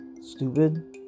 stupid